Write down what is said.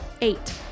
Eight